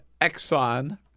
Exxon